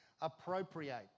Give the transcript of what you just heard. appropriate